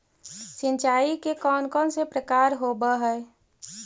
सिंचाई के कौन कौन से प्रकार होब्है?